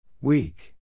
Weak